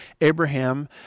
Abraham